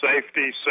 safety